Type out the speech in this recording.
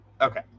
Okay